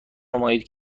نمایید